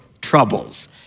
troubles